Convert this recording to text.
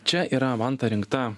čia yra vanta rinkta